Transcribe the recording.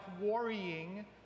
worrying